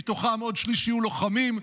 מתוכם עוד שליש יהיו לוחמים,